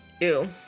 Ew